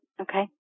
Okay